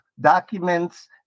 documents